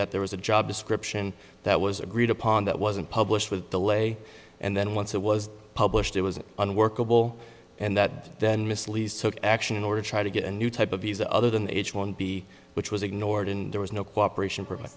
that there was a job description that was agreed upon that wasn't published with de lay and then once it was published it was unworkable and that then misleads took action in order to try to get a new type of visa other than h one b which was ignored and there was no cooperation fro